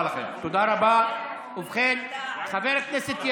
אבל הזכרתי את השם שלך עוד לפני שחמד עמאר דיבר.